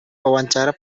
wawancara